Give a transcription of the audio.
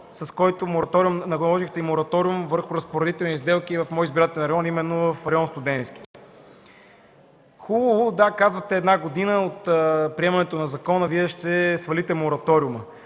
с който наложихте и мораториум върху разпоредителни сделки в моя избирателен район – Студентски. Хубаво, казвате една година от приемането на закона Вие ще свалите мораториума.